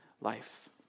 life